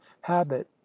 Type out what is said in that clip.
habit